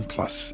Plus